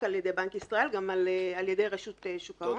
על ידי בנק ישראל אלא גם על ידי רשות שוק ההון.